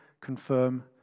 confirm